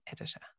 editor